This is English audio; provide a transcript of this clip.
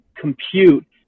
compute